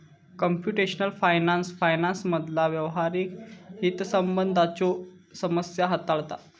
computational finance फायनान्समधला व्यावहारिक हितसंबंधांच्यो समस्या हाताळता